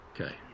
Okay